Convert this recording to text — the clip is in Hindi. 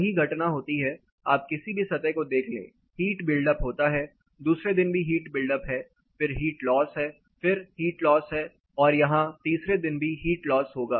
वही घटना होती है आप किसी भी सतह को देख लें हीट बिल्डअप होता है दूसरे दिन भी हीट बिल्डअप है फिर हीट लॉस है फिर से हीट लॉस है और यहां तीसरे दिन भी हीट लॉस होगा